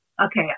okay